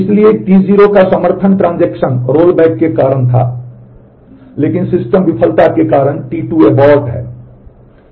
इसलिए T0 का समर्थन ट्रांज़ैक्शन रोलबैक के कारण था लेकिन सिस्टम विफलता के कारण T2 abort है